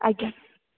ଆଜ୍ଞା